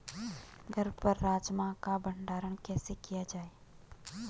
घर पर राजमा का भण्डारण कैसे किया जाय?